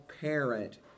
parent